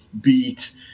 beat